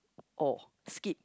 or skip